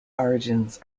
origins